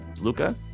Luca